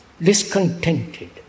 discontented